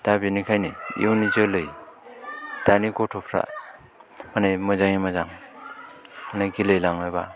दा बेनिखायनो इयुननि जोलै दानि गथ'फ्रा माने मोजाङै मोजां गेलेलाङोबा